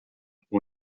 com